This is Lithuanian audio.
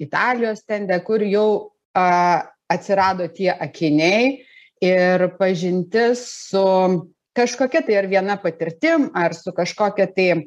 italijos stende kur jau a atsirado tie akiniai ir pažintis su kažkokia tai ar viena patirtim ar su kažkokia tai